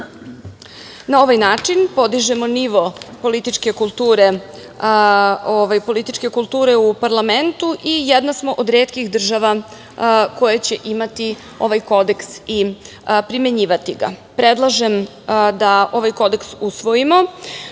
EU.Na ovaj način podižemo nivo političke kulture u parlamentu i jedna smo od retkih država koje će imati ovaj kodeks i primenjivati ga. Predlažem da ovaj Kodeks usvojimo,